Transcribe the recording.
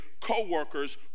coworkers